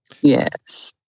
yes